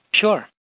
Sure